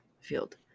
field